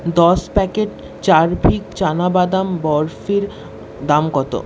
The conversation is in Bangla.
দশ প্যাকেট চারভিক চানা বাদাম বরফির দাম কতো